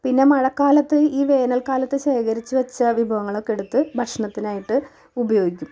പിന്നെ മഴക്കാലത്ത് ഈ വേനൽക്കാലത്ത് ശേഖരിച്ച് വച്ച വിഭവങ്ങളൊക്കെ എടുത്ത് ഭക്ഷണത്തിനായിട്ട് ഉപയോഗിക്കും